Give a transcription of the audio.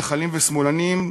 מתנחלים ושמאלנים,